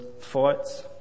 fights